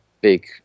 big